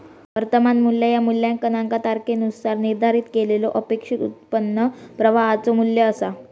वर्तमान मू्ल्य ह्या मूल्यांकनाचा तारखेनुसार निर्धारित केलेल्यो अपेक्षित उत्पन्न प्रवाहाचो मू्ल्य असा